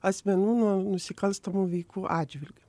asmenų nuo nusikalstamų veikų atžvilgiu